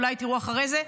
אולי תראו אחרי זה,